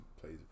plays